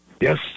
Yes